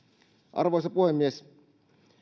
arvoisa puhemies